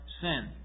sin